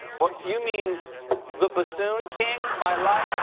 but you mean the bassoon king my life